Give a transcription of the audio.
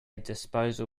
disposal